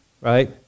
Right